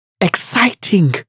exciting